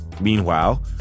Meanwhile